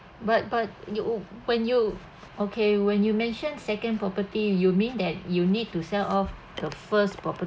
but but you when you okay when you mentioned second property you mean that you need to sell off the first property